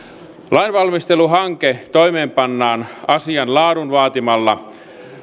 lainvalmisteluhanke toimeenpannaan asian laadun vaatimalla